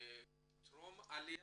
טרום עליה